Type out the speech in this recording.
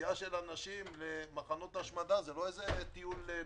נסיעת אנשים, מחנות השמדה זה לא נופש.